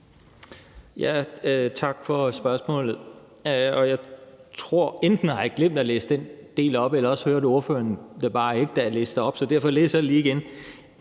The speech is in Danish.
Tak for spørgsmålet. Enten har jeg glemt at læse den del op, eller også hørte ordføreren det bare ikke, da jeg læste det op, så derfor læser jeg det lige igen: